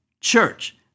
church